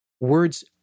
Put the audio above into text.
words